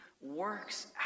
works